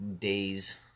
days